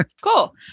Cool